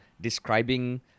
describing